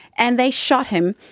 and they shot him,